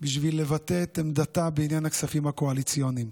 בשביל לבטא את עמדתה בעניין הכספים הקואליציוניים.